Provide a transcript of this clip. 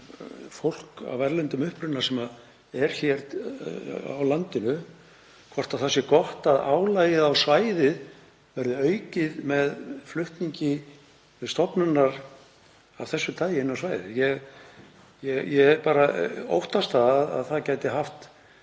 fólk af erlendum uppruna sem er hér á landinu — hvort það sé gott að álagið á svæðið verði aukið með flutningi stofnunar af þessu tagi þar inn. Ég óttast að það geti haft